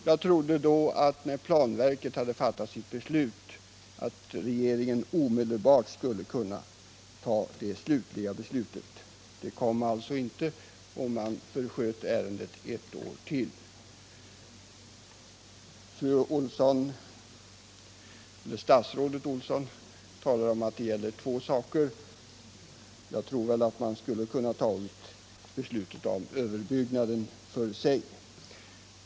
Jag trodde att regeringen, när planverket hade fattat sitt beslut, omedelbart skulle kunna ta det slutliga beslutet. Det kom alltså inte, och man sköt på ärendet ett år till. Statsrådet Elvy Olsson talar om att det gäller två saker; jag trodde att man skulle kunna ta beslutet om överbyggnaden för sig.